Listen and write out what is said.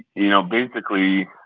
you know, basically,